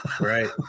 Right